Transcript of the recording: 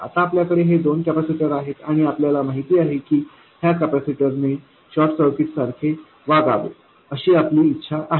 आता आपल्याकडे हे दोन कॅपेसिटर आहेत आणि आपल्याला माहित आहे की ह्या कॅपेसिटरने शॉर्ट सर्किट्ससारखे वागावे अशी आपली इच्छा आहे